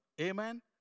Amen